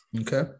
Okay